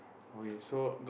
okay so